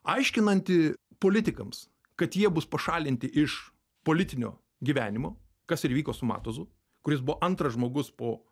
aiškinanti politikams kad jie bus pašalinti iš politinio gyvenimo kas ir įvyko su matuzu kuris buvo antras žmogus po